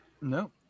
No